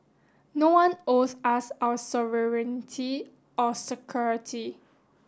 no one owes us our sovereignty or security